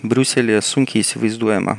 briuselyje sunkiai įsivaizduojama